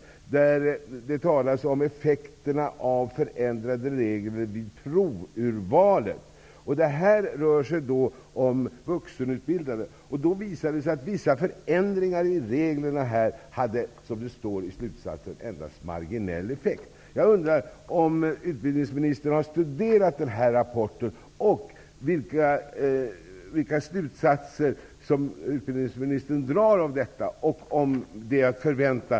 I den utredningen talas det om effekterna av förändrade regler vid provurvalet. Det rör sig i det sammanhanget om vuxenutbildade. Utredningen konstaterar i sin slutsats att vissa förändringar i reglerna endast hade marginell effekt. Har utbildningsministern studerat den här rapporten, och vilka slutsatser drar utbildningsministern i så fall av detta? Är några åtgärder att vänta?